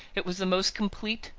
it was the most complete,